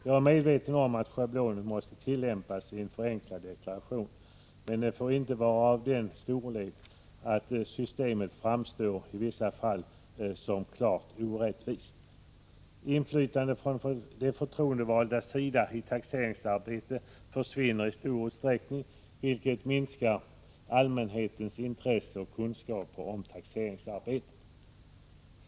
Jag är medveten om att schablonavdrag måste tillämplas vid förenklad deklaration, men detta får inte vara av sådan storlek att systemet i vissa fall framstår som klart orättvist. Inflytandet från de förtroendevaldas sida i taxeringsarbetet försvinner i stor utsträckning, vilket minskar allmänhetens intresse för och kunskaper om taxeringsarbetet.